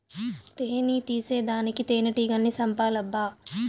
తేని తీసేదానికి తేనెటీగల్ని సంపాలబ్బా